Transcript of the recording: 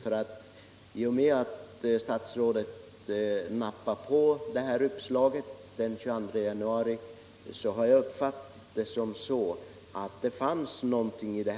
Eftersom statsrådet nappade på det uppslag som fördes fram den 22 januari tyckte han väl att det låg någonting i det.